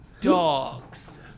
Dogs